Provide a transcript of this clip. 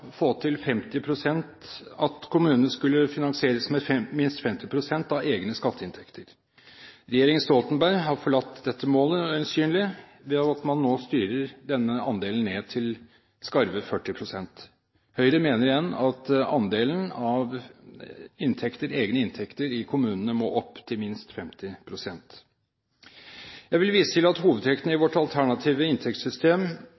få til at kommunene skulle finansieres med minst 50 pst. av egne skatteinntekter. Regjeringen Stoltenberg har øyensynlig forlatt dette målet ved at man nå styrer denne andelen ned til skarve 40 pst. Høyre mener igjen at andelen av egne inntekter i kommunene må opp til minst 50 pst. Jeg vil vise til hovedtrekkene i